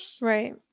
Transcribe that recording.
Right